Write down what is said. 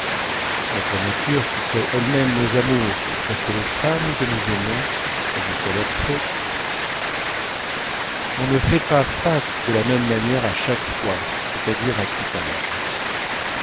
notre nature qui crée elle-même nos amours et presque les femmes que nous aimons et jusqu'à leurs fautes on ne fait pas face de la même manière à chaque fois c'est-à-dire à tout âge